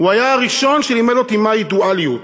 הוא היה הראשון שלימד אותי מהי דואליות.